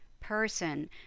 person